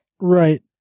Right